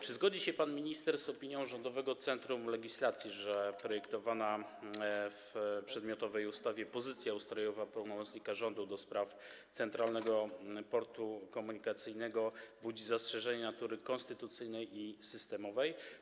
Czy zgodzi się pan minister z opinią Rządowego Centrum Legislacji, że projektowana w przedmiotowej ustawie pozycja ustrojowa pełnomocnika rządu do spraw Centralnego Portu Komunikacyjnego budzi zastrzeżenia natury konstytucyjnej i systemowej?